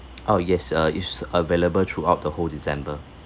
oh yes err it's available throughout the whole december